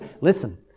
Listen